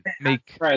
make